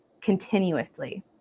continuously